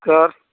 car